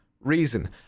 reason